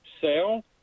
sell